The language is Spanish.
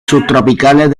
subtropicales